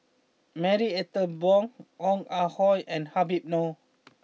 Marie Ethel Bong Ong Ah Hoi and Habib Noh